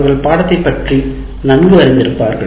அவர்கள் பாடத்தை பற்றி நன்கு அறிந்திருப்பார்கள்